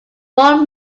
one